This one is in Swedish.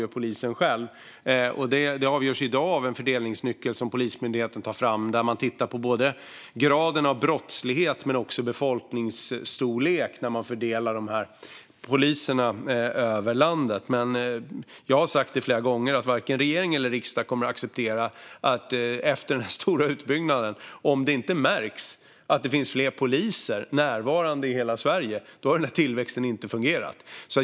Fördelningen av poliser över landet avgörs i dag av en fördelningsnyckel som Polismyndigheten tar fram utifrån graden av brottslighet men också befolkningsstorlek. Men jag har sagt flera gånger att varken regering eller riksdag kommer att acceptera om det efter den stora utbyggnaden inte märks att det finns fler poliser närvarande i hela Sverige. Då har tillväxten inte fungerat.